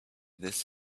this